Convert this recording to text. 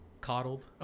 Coddled